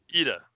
Ida